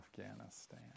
Afghanistan